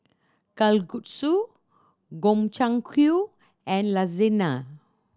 Kalguksu Gobchang and Lasagne